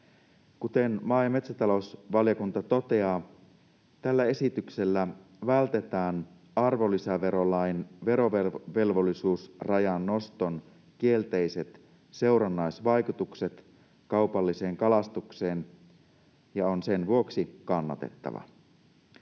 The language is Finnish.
Kuten maa- ja metsätalousvaliokunta toteaa, tällä esityksellä vältetään arvonlisäverolain verovelvollisuusrajan noston kielteiset seurannaisvaikutukset kaupalliseen kalastukseen, ja esitys on sen vuoksi kannatettava.